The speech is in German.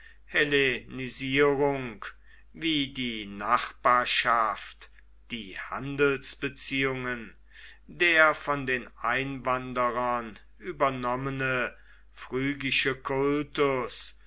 hellenisierung wie die nachbarschaft die handelsbeziehungen der von den einwanderern übernommene phrygische kultus